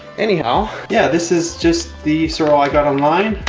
anyhow. yeah, this is just the sorrel i got online.